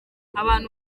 abantu